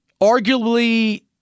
Arguably